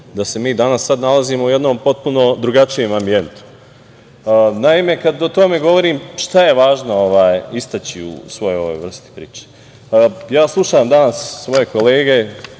da se mi danas sada nalazimo u jednom potpuno drugačijem ambijentu. Naime, kada o tome govorim šta je važno istaći u svoj ovoj vrsti priče? Slušam danas svoje uvažene